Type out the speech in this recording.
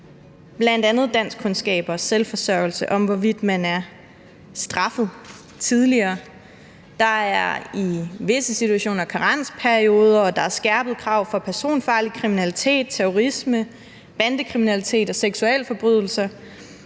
bl.a. om danskkundskaber, selvforsørgelse og om, hvorvidt man er straffet tidligere. Der er i visse situationer karensperioder, og der er skærpede krav for personfarlig kriminalitet, terrorisme, bandekriminalitet og seksualforbrydelser.